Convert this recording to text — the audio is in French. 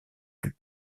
plus